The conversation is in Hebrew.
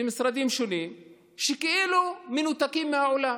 במשרדים שונים שכאילו מנותקים מהעולם.